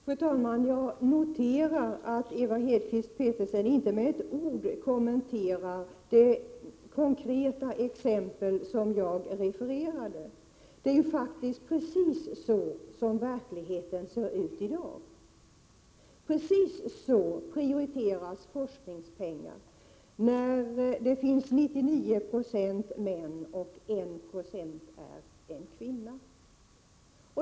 Fru talman! Jag noterar att Ewa Hedkvist Petersen inte med ett ord kommenterar det konkreta exempel som jag refererade. Precis så som i det exemplet ser verkligheten ut i dag. Precis så prioriteras forskningspengar när 99 0 är män och 1 9 är en kvinna.